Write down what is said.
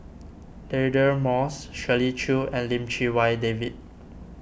Deirdre Moss Shirley Chew and Lim Chee Wai David